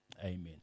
Amen